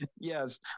Yes